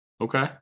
Okay